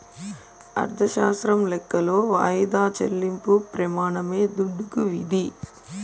అర్ధశాస్త్రం లెక్కలో వాయిదా చెల్లింపు ప్రెమానమే దుడ్డుకి విధి